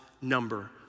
number